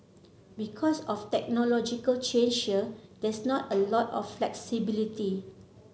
because of technological change here there's not a lot of flexibility